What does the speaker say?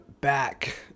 back